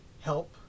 help